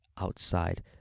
outside